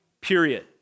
period